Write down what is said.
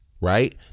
right